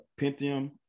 Pentium